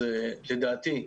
אז לדעתי,